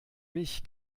mich